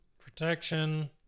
protection